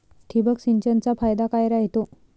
ठिबक सिंचनचा फायदा काय राह्यतो?